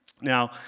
Now